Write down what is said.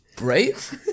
Right